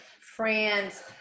friends